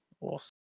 awesome